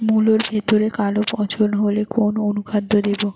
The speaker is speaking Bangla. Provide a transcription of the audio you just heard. মুলোর ভেতরে কালো পচন হলে কোন অনুখাদ্য দেবো?